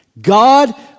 God